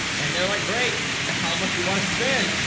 and they're like, great! how much you want to spend?